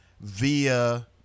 via